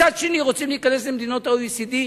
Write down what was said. מצד שני, רוצים להיכנס למדינות ה-OECD.